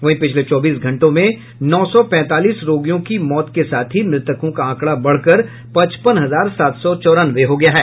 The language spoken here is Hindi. वहीं पिछले चौबीस घंटों में नौ सौ पैंतालीस रोगियों की मौत के साथ ही मृतकों का आंकड़ा बढ़कर पचपन हजार सात सौ चौरानवे हो गया है